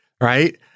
right